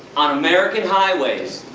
on american highways,